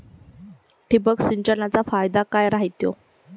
ठिबक सिंचनचा फायदा काय राह्यतो?